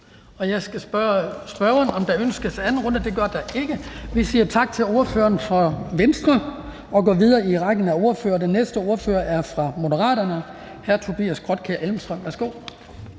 Jeg skal spørge, om der ønskes andens runde. Det er ikke tilfældet. Vi siger tak til ordføreren for Venstre og går videre i rækken af ordførere. Den næste ordfører er fra Moderaterne. Hr. Tobias Grotkjær Elmstrøm, værsgo.